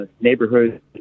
neighborhood